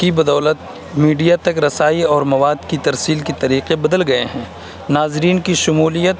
کی بدولت میڈیا تک رسائی اور مواد کی ترسیل کے طریقے بدل گئے ہیں ناظرین کی شمولیت